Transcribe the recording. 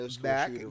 back